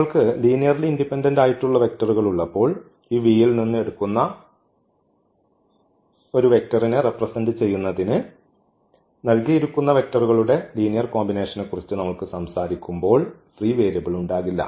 നിങ്ങൾക്ക് ലീനിയർലി ഇൻഡിപെൻഡന്റായിട്ടുള്ള വെക്ടറുകൾ ഉള്ളപ്പോൾ ഈ V യിൽ നിന്ന് എടുക്കുന്ന ഒരു വെക്റ്ററിനെ റെപ്രെസെന്റ് ചെയ്യുന്നതിന് നൽകിയിരിക്കുന്ന വെക്റ്ററുകളുടെ ലീനിയർ കോമ്പിനേഷനെക്കുറിച്ച് നമ്മൾ സംസാരിക്കുമ്പോൾ ഫ്രീ വേരിയബിൾ ഉണ്ടാകില്ല